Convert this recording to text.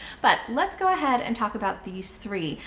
but let's go ahead and talk about these three.